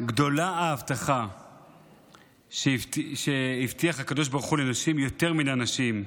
"גדולה ההבטחה שהבטיח הקדוש ברוך הוא לנשים יותר מן האנשים".